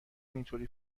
اینطوری